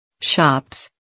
Shops